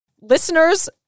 Listeners